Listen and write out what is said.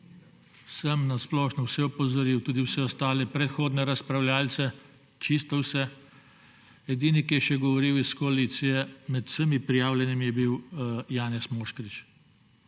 Sem na splošno vse opozoril, tudi vse ostale predhodne razpravljavce, čisto vse. Edini, ki je še govoril iz koalicije med vsemi prijavljenimi je bil Janez Moškrič.